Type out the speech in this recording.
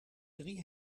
drie